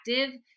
active